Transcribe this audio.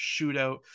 shootout